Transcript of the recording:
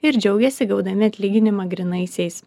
ir džiaugiasi gaudami atlyginimą grynaisiais